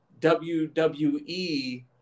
WWE